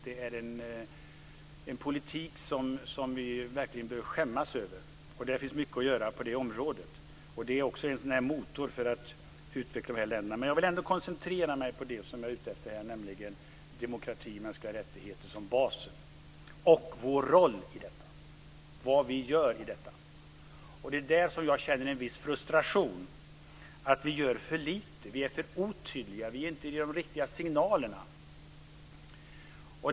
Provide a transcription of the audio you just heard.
Det är en politik som vi verkligen bör skämmas över. Det finns mycket att göra på det området. Det är också en motor för att utveckla de här länderna. Jag vill ändå koncentrera mig på det som jag var ute efter, nämligen demokrati och mänskliga rättigheter som basen och vår roll i detta, vad vi gör i detta. Det är där som jag känner en viss frustration, att vi gör för lite, att vi är för otydliga, att vi inte ger de riktiga signalerna.